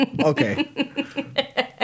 okay